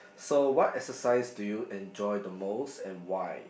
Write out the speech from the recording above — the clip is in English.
so what exercise do you enjoy the most and why